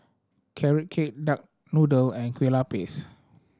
Carrot Cake duck noodle and kue lupis